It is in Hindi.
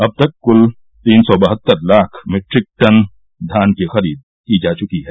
अब तक कुल तीन सौ बहत्तर लाख मीट्रिक टन धान की खरीद की जा चुकी है